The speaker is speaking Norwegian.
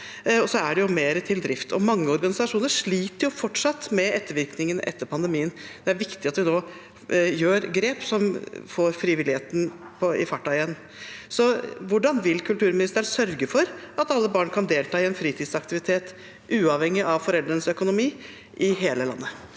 og så er det mer til drift. Mange organisasjoner sliter fortsatt med ettervirkningene etter pandemien, og det er viktig at vi nå tar grep som får fart på frivilligheten igjen. Hvordan vil kulturministeren sørge for at alle barn kan delta i en fritidsaktivitet, uavhengig av foreldrenes økonomi, i hele landet?